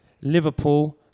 Liverpool